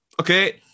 Okay